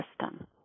system